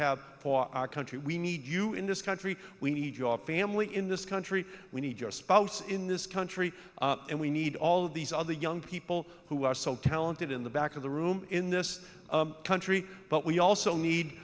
have for our country we need you in this country we need your family in this country we need your spouse in this country and we need all of these other young people who are so talented in the back of the room in this country but we also